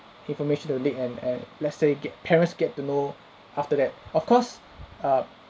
information were leaked and and let's say get parents get to know after that of course err